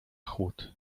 chłód